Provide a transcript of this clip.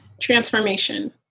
transformation